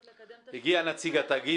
לקדם את --- הגיע נציג התאגיד,